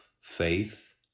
faith